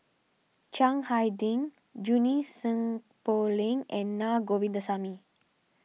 Chiang Hai Ding Junie Sng Poh Leng and Naa Govindasamy